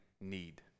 need